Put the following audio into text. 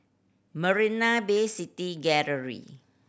Marina Bay City Gallery